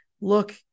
look